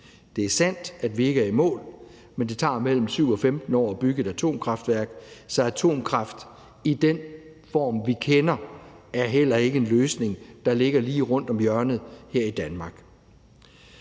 Det er sandt, at vi ikke er i mål, men det tager mellem 7 og 15 år at bygge et atomkraftværk, så atomkraft i den form, vi kender, er heller ikke en løsning, der ligger lige rundt om hjørnet her i Danmark.